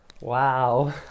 wow